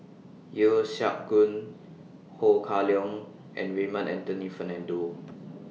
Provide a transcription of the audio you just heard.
Yeo Siak Goon Ho Kah Leong and Raymond Anthony Fernando